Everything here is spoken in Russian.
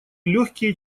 легкие